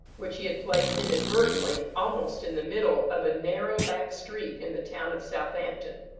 which he had placed inadvertently almost in the middle of a narrow back-street in the town of southampton.